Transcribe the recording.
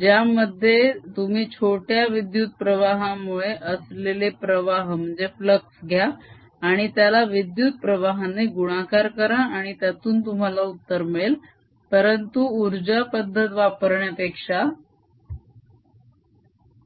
ज्यामध्ये तुम्ही छोट्या विद्युत प्रवाहामुळे असलेले प्रवाह घ्या आणि त्याला विद्युत प्रवाहाने गुणाकार करा आणि त्यातून तुम्हाला उत्तर मिळेल परतू उर्जा पद्धत वापरण्यापेक्षा